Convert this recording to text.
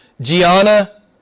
Gianna